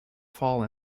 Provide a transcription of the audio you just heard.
fall